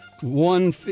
One